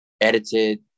edited